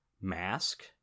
mask